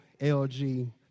LG